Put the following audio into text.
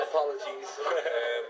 Apologies